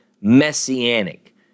messianic